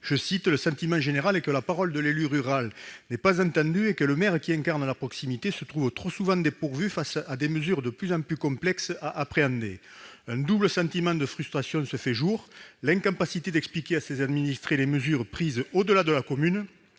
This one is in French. :« Le sentiment général est que la parole de l'élu rural n'est pas entendue et que le maire qui incarne la proximité se trouve trop souvent dépourvu face à des mesures de plus en plus complexes à appréhender. Un double sentiment de frustration se fait jour : l'incapacité d'expliquer à ses administrés les mesures prises au-delà de la commune